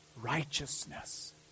righteousness